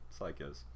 psychos